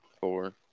Four